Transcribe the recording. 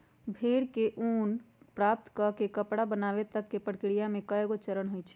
भेड़ से ऊन प्राप्त कऽ के कपड़ा बनाबे तक के प्रक्रिया में कएगो चरण होइ छइ